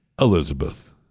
Elizabeth